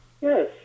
Yes